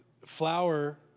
flour